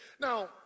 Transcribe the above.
Now